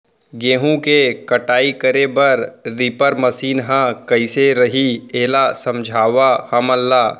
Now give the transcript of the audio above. गेहूँ के कटाई करे बर रीपर मशीन ह कइसे रही, एला समझाओ हमन ल?